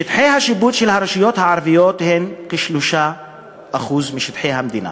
שטחי השיפוט של הרשויות הערביות הן כ-3% משטחי המדינה